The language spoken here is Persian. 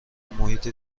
محیط